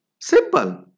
Simple